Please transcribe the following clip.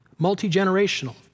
multi-generational